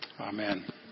amen